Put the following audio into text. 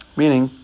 meaning